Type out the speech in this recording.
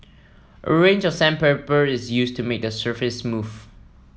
a range of sandpaper is used to make the surface smooth